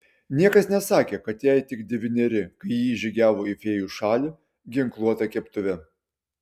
niekas nesakė kad jai tik devyneri kai ji žygiavo į fėjų šalį ginkluota keptuve